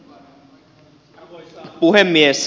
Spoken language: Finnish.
arvoisa puhemies